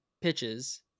pitches